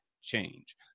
change